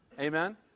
Amen